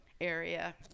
area